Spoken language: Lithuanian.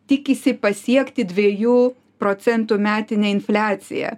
tikisi pasiekti dviejų procentų metinę infliaciją